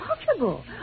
impossible